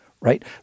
right